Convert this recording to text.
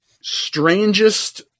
strangest